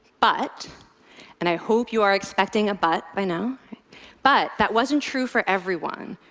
but and i hope you are expecting a but by now but that wasn't true for everyone.